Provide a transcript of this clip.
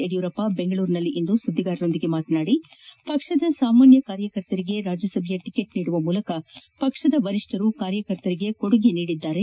ಯಡಿಯೂರಪ್ಪ ಬೆಂಗಳೂರಿನಲ್ಲಿಂದು ಸುದ್ದಿಗಾರರೊಂದಿಗೆ ಮಾತನಾಡಿ ಪಕ್ಷದ ಸಾಮಾನ್ಯ ಕಾರ್ಯಕರ್ತರಿಗೆ ರಾಜ್ಗಸಭೆಯ ಟಕೆಟ್ ನೀಡುವ ಮೂಲಕ ಪಕ್ಷದ ವರಿಷ್ಠರು ಕಾರ್ಯಕರ್ತರಿಗೆ ಕೊಡುಗೆ ನೀಡಿದ್ದಾರೆ